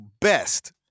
best